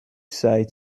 say